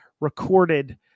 recorded